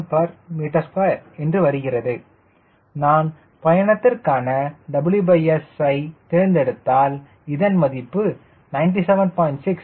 8 kgm2 என்று வருகிறது நான் பயணத்திற்கான WS ஐத் தேர்ந்தெடுத்தால் இதன் மதிப்பு 97